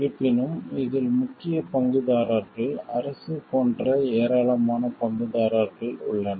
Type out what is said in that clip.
இருப்பினும் இதில் முக்கிய பங்குதாரர்கள் அரசு போன்ற ஏராளமான பங்குதாரர்கள் உள்ளனர்